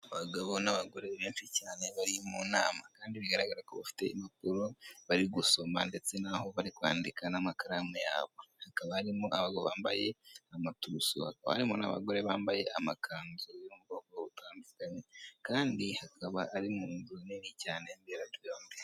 Abagabo n'abagore benshi cyane bari mu nama kandi bigaragara ko bafite impapuro bari gusoma ndetse naho bari kwandika n'amakaramu yabo, hakaba harimo abagabo bambaye amaturusu hakaba harimo n'abagore bambaye amakanzu yo mu bwoko butandukanye kandi hakaba ari muzu nini cyane y'imberabyombi.